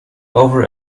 over